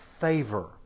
favor